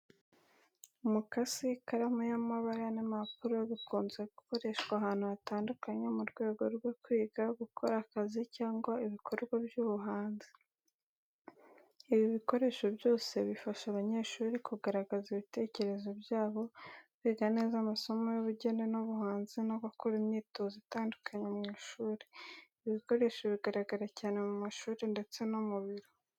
Umukasi, ikaramu y'amabara n’impapuro bikunze gukoreshwa ahantu hatandukanye mu rwego rwo kwiga, gukora akazi, cyangwa ibikorwa by’ubuhanzi. Ibi bikoresho byose bifasha abanyeshuri kugaragaza ibitekerezo byabo, kwiga neza amasomo y’ubugeni n’ubuhanzi, no gukora imyitozo itandukanye mu ishuri. Ibi bikoresho bigaragara cyane mu mashuri ndetse no mu biro.